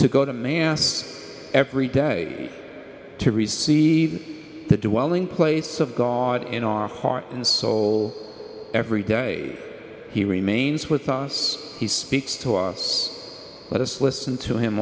to go to man's every day to receive the do well in place of god in our heart and soul every day he remains with us he speaks to us let us listen to him